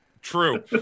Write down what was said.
True